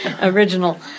original